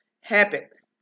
habits